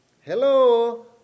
Hello